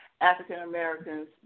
African-Americans